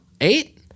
eight